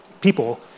people